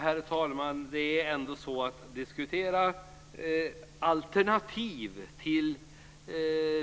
Herr talman! Att diskutera alternativ till